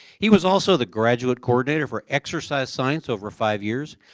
he was also the graduate coordinator for exercise science over five years,